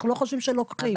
אנחנו לא חושבים שלוקחים.